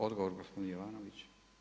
Odgovor gospodin Jovanović.